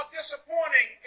disappointing